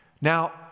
Now